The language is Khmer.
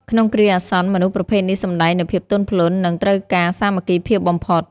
ក្នុងគ្រាអាសន្ន មនុស្សប្រភេទនេះសម្ដែងនូវភាពទន់ភ្លន់ និងត្រូវការសាមគ្គីភាពបំផុត។